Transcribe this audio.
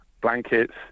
blankets